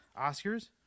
Oscars